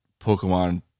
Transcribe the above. Pokemon